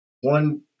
One